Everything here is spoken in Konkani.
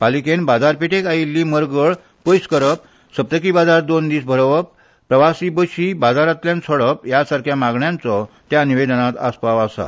पालिकेन बाजारपेठेक आयिल्ली मरगळ पयस करप सप्तकी बाजार दोन दीस भरोवप प्रवाशी बशी बाजारांतल्यान सोडप बी सारख्या मागण्यांचो त्या निवेदनांत आसपाव आसा